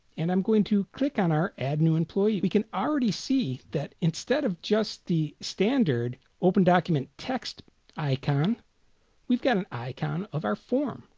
and i'm going to click on add new employees can already see that instead of just the standard opendocument text icon we've got an icon of our form.